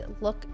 look